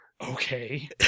Okay